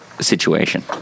situation